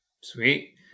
Sweet